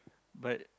but